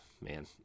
man